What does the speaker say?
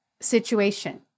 situation